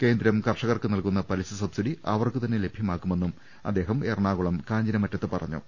കേന്ദ്രം കർഷകർക്ക് നൽകുന്ന പലിശ സബ്സിഡി അവർക്ക് തന്നെ ലഭ്യമാ ക്കുമെന്നും അദ്ദേഹം എറണാകുളം കാഞ്ഞിരമറ്റത്ത് പറഞ്ഞു